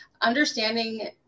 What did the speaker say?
understanding